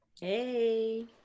Hey